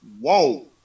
whoa